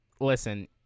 Listen